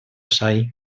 sai